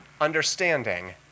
understanding